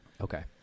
Okay